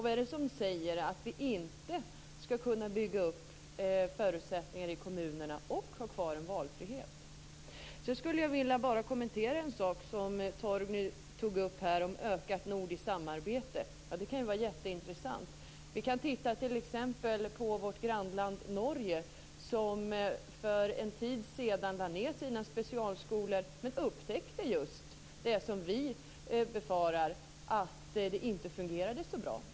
Vad säger att vi inte ska kunna bygga upp förutsättningar i kommunerna och ha kvar en valfrihet? Jag skulle också vilja kommentera det som Torgny Danielsson sade om ökat nordiskt samarbete. Det kan vara jätteintressant. Vi kan t.ex. titta på vårt grannland Norge, som för en tid sedan lagt ned sina specialskolor men upptäckte att detta, precis som vi befarar, inte fungerar så bra.